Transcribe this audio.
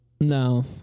No